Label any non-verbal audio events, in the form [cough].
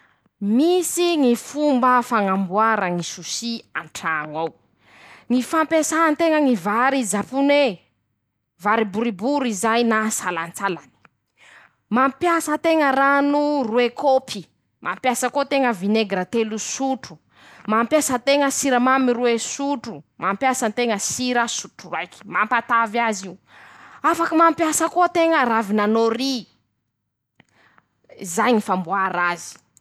Misy ñy fomba fañamboara ñy shusi an-traño ao. [shushes] ñy fampiasan-teña ñy vary zapone. vary boribory zay na ntsalantsala; [shushes] mampiasa teña rano roe kôpy. mampiasa koa teña vinegra telo sotro ;mampiasa teña siramamy roe sotro ;mampiasa teña sira sotro raiky. mampatavy azy io; [shushes] afaky mampiasa koa teña ravina nôry. zay ñy famboara azy.